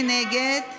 מי נגד?